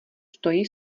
stojí